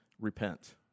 Repent